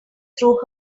through